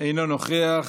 אינו נוכח,